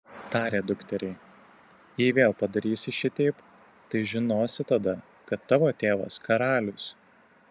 tarė dukteriai jei vėl padarysi šiteip tai žinosi tada kad tavo tėvas karalius